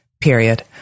Period